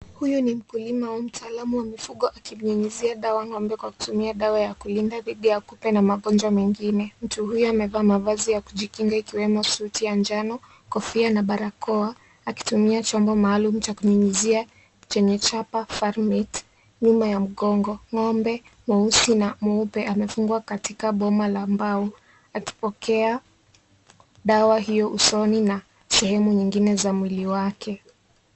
Huyu ni mkulima au mtaalamu wa mifugo akimnyunyizia dawa ng'ombe kwa kutumia dawa ya kulinda dhidi ya kupe na magonjwa mengine . Mtu huyu amevaa mavazi ya kujikinga ikiwemo suti ya njano , kofia na barakoa akitumia chombo maalum cha kunyunyizia chenye chapa farmate nyuma ya mgongo . Ng'ombe mweusi na mweupe amefungwa katika boma la mbao akipokea dawa hiyo usoni na sehemu nyingine za mwili wake.